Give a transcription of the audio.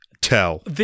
tell